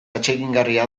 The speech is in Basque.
atsegingarria